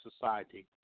society